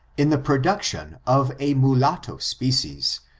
in the production of a mulatto species,